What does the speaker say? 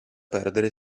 perdere